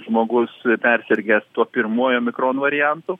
žmogus persirgęs tuo pirmuoju omikron variantu